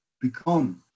become